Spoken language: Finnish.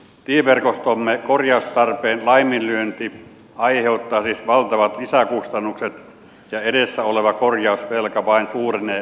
tieverkostomme korjaustarpeen laiminlyönti aiheuttaa siis valtavat lisäkustannukset ja edessä oleva korjausvelka vain suurenee lumipallon tavoin